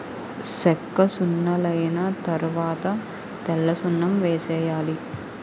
సెక్కసున్నలైన తరవాత తెల్లసున్నం వేసేయాలి